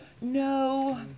No